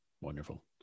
Wonderful